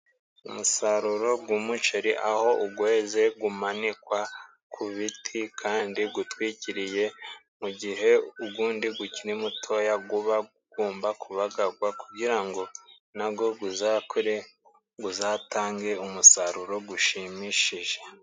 Umusaruro g'umuceri aho ugweze gumanikwa ku ibiti kandi gutwikiriye mugihe ugundi gukiri mutoya, guba gugomba kubagarwa kugirango nago guzakure, guzatange umusaruro gushimishije.